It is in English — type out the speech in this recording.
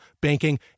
banking